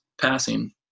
passing